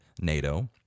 NATO